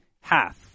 half